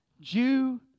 Jew